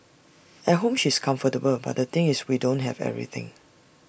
at home she's comfortable but the thing is we don't have everything